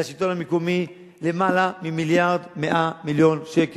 לשלטון המקומי למעלה מ-1.1 מיליארד שקל,